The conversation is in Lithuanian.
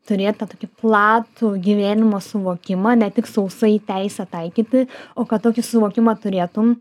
turėti tokį platų gyvenimo suvokimą ne tik sausai teisę taikyti o kad tokį suvokimą turėtum